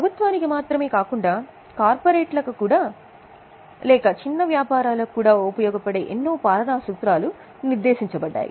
ప్రభుత్వానికి మాత్రమే కాకుండా కార్పొరేట్లకు లేదా వ్యాపారాలకు కూడా ఉపయోగపడే ఎన్నో పాలనా సూత్రాలు నిర్దేశించబడ్డాయి